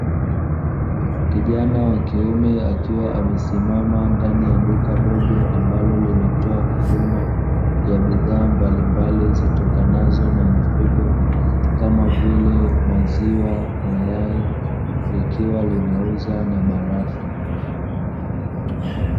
Kijana wa kiume akiwa amesimama ndani ya duka dogo, ambalo linatoa huduma ya bidhaa mbalimbali zitokanazo na mifugo kama vile maziwa, mayai, likiwa linauza na barafu.